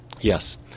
Yes